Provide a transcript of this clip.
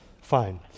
Fine